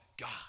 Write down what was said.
God